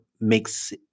makes